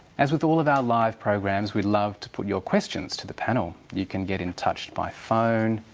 as with all of our live programs, we'd love to put your questions to the panel. you can get in touch by phone,